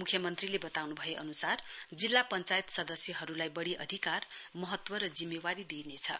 मुख्यमन्त्रीले वताउनु भए अनुसार जिल्ला पश्चायत सदस्यहरुलाई बढ़ी अधिकार महत्व र जिम्मेवारी दिइनेछ